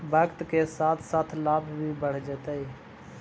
वक्त के साथ साथ लाभ भी बढ़ जतइ